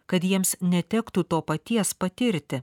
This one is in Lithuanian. kad jiems netektų to paties patirti